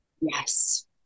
Yes